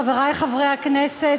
חברי חברי הכנסת,